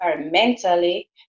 mentally